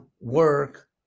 Work